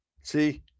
See